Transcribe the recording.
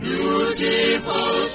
Beautiful